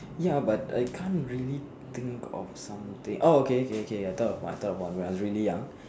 ya but I can't really think of something oh okay okay okay I thought of one I thought of one when I was really young